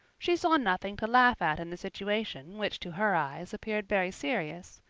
she saw nothing to laugh at in the situation, which to her eyes appeared very serious.